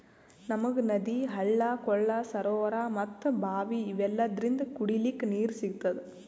ನಮ್ಗ್ ನದಿ ಹಳ್ಳ ಕೊಳ್ಳ ಸರೋವರಾ ಮತ್ತ್ ಭಾವಿ ಇವೆಲ್ಲದ್ರಿಂದ್ ಕುಡಿಲಿಕ್ಕ್ ನೀರ್ ಸಿಗ್ತದ